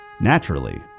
naturally